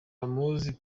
bamuzi